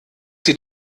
sie